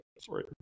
Sorry